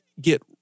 get